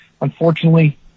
unfortunately